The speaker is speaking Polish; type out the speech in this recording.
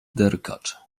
derkacz